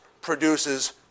produces